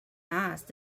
nice